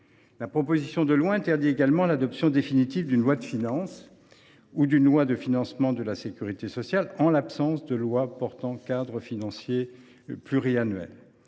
loi constitutionnelle interdit également l’adoption définitive d’un projet de loi de finances ou d’un projet de loi de financement de la sécurité sociale en l’absence de loi portant cadre financier pluriannuel.